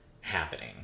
happening